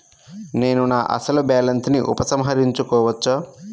నేను నా అసలు బాలన్స్ ని ఉపసంహరించుకోవచ్చా?